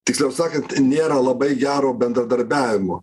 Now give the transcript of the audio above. tiksliau sakant nėra labai gero bendradarbiavimo